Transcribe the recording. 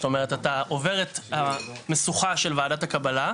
זאת אומרת, אתה עובר את המשוכה של ועדת הקבלה.